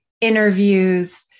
interviews